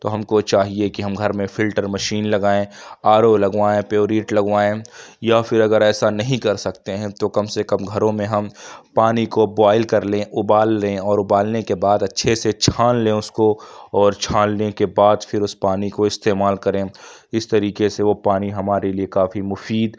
تو ہم کو چاہیے کہ ہم گھر میں فلٹر مشین لگائیں آر او لگوائیں پیور یٹ لگوائیں یا پھر اگر ایسا نہیں کر سکتے ہیں تو کم سے کم گھروں میں ہم پانی کو بوائل کر لیں اُبال لیں اور اُبالنے کے بعد اچھے سے چھان لیں اُس کو اور چھاننے کے بعد پھر اُس پانی کو استعمال کریں اِس طریقے سے وہ پانی ہمارے لیے کافی مفید